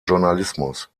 journalismus